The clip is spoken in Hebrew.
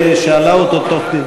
אם הוא ער לטענות שהושמעו שיגיד.